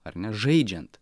ar ne žaidžiant